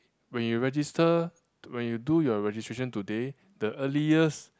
when you register when you do your registration today the earliest